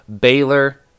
Baylor